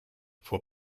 for